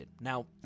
Now